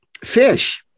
fish